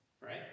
right